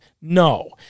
No